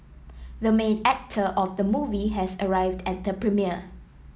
the main actor of the movie has arrived at the premiere